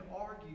argue